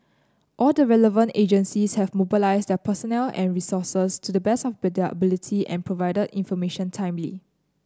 all the relevant agencies have mobilised their personnel and resources to the best of their ability and provided information timely